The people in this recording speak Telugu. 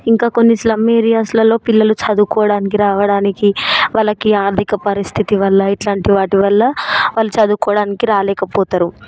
ఇంకా కొన్ని స్లమ్ ఏరియాస్లలో పిల్లలు చదువుకోవడానికి రావడానికి వాళ్ళకి ఆర్థిక పరిస్థితి వల్ల ఇట్లాంటి వాటి వల్ల వాళ్ళు చదువుకోడానికి రాలేక పోతారు